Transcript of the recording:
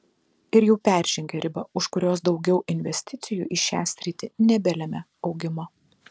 ir jau peržengė ribą už kurios daugiau investicijų į šią sritį nebelemia augimo